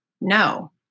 No